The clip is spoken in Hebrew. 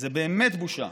זה באמת בושה.